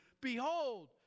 Behold